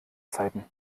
zeiten